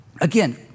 again